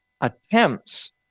attempts